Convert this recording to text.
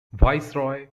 viceroy